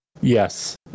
Yes